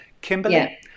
Kimberly